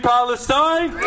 Palestine